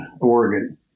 Oregon